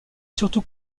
surtout